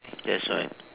that's right